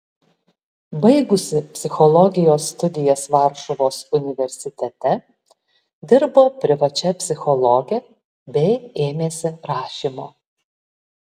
baigusi psichologijos studijas varšuvos universitete dirbo privačia psichologe bei ėmėsi rašymo